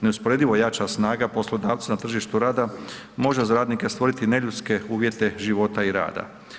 Neusporedivo jača snaga poslodavca na tržištu rada može za radnike stvoriti neljudske uvjete života i rada.